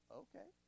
okay